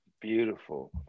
beautiful